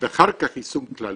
ואחר כך יישום כללי.